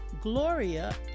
Gloria